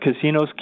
Casinos